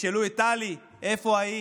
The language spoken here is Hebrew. ישאלו את טלי: איפה היית?